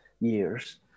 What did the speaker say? years